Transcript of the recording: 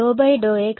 విద్యార్థి x